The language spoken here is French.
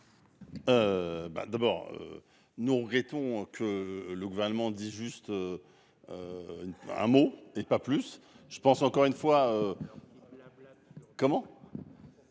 d'abord. Nous regrettons que le gouvernement dit juste. Un mot et pas plus je pense encore une fois. Comment.